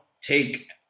take